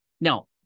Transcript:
Now